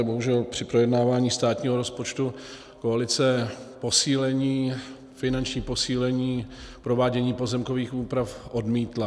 Bohužel při projednávání státního rozpočtu koalice finanční posílení provádění pozemkových úprav odmítla.